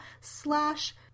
slash